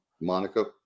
Monica